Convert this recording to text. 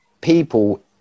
people